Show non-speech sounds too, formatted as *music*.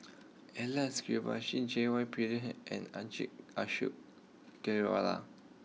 Alex Abisheganaden J Y Pillay and *unintelligible* Ashok Ghariwala